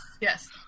Yes